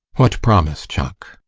what promise, chuck?